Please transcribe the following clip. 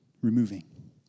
removing